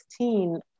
16